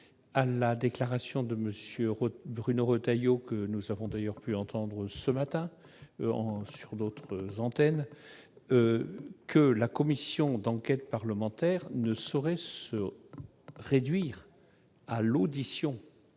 de la déclaration de M. Retailleau, que nous avons d'ailleurs entendu ce matin sur les ondes, j'ajoute que la commission d'enquête parlementaire ne saurait se réduire à l'audition